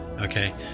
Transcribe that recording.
okay